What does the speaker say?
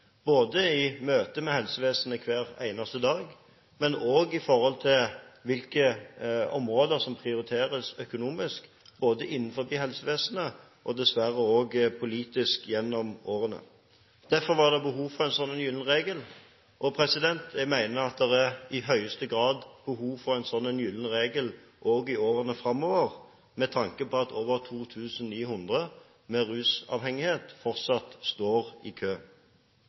både i møte med helsevesenet hver eneste dag og også i forhold til hvilke områder som prioriteres økonomisk, både innenfor helsevesenet og dessverre også politisk gjennom årene. Derfor var det behov for en slik gyllen regel. Jeg mener at det er i høyeste grad behov for en slik gyllen regel også i årene framover, med tanke på at over 2 900 med rusavhengighet fortsatt står i kø.